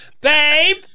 Babe